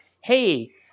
hey